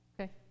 Okay